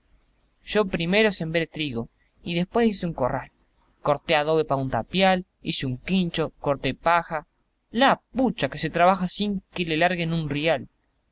yo primero sembré trigo y después hice un corral corté adobe pa un tapial hice un quincho corté paja la pucha que se trabaja sin que le larguen un rial